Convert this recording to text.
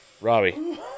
Robbie